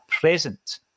present